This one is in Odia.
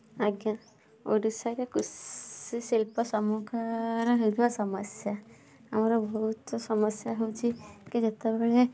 ଆଜ୍ଞା ଓଡ଼ିଶାରେ କୃଷି ଶିଳ୍ପ ସମ୍ମୁଖିନ ହେଉଥିବା ସମସ୍ୟା ଆମର ବହୁତ ସମସ୍ୟା ହେଉଛି କି ଯେତେବେଳେ